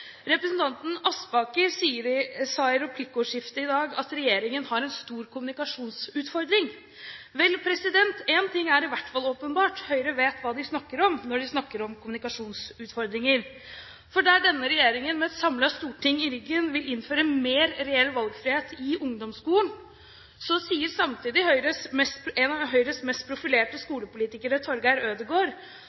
Representanten Aspaker sa i et replikkordskifte i dag at regjeringen har en stor «kommunikasjonsutfordring». Vel, en ting er i hvert fall åpenbart – Høyre vet hva de snakker om når de snakker om kommunikasjonsutfordringer. For der denne regjeringen med et samlet storting i ryggen vil innføre mer reell valgfrihet i ungdomsskolen, sier samtidig en av Høyres mest profilerte skolepolitikere,